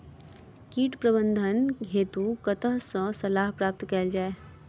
कीट प्रबंधन हेतु कतह सऽ सलाह प्राप्त कैल जाय?